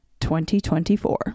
2024